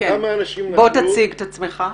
הצג את עצמך.